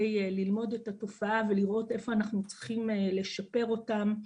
ללמוד את התופעה ולראות איפה אנחנו צריכים לשפר אותם.